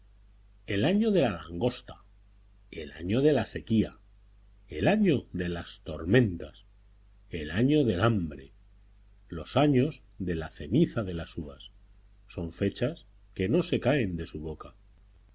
el año de la langosta el año de la sequía el año de las tormentas el año del hambre losaños de la ceniza de las uvas son fechas que no se caen de su boca